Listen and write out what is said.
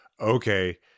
okay